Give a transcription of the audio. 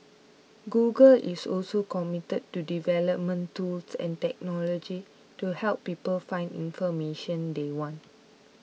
google is also committed to development tools and technology to help people find information they want